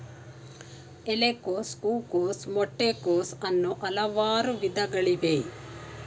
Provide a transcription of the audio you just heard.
ಎಲೆಕೋಸು, ಹೂಕೋಸು, ಮೊಟ್ಟೆ ಕೋಸು, ಅನ್ನೂ ಹಲವಾರು ವಿಧಗಳಿವೆ